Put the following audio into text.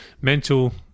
mental